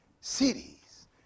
cities